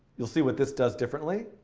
you'll see what this does differently.